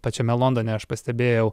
pačiame londone aš pastebėjau